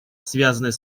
связанной